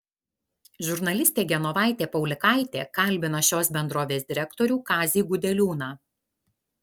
žurnalistė genovaitė paulikaitė kalbina šios bendrovės direktorių kazį gudeliūną